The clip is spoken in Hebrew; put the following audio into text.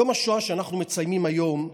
יום השואה שאנחנו מציינים היום,